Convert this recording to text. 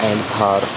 and Thar